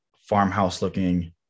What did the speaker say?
farmhouse-looking